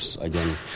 again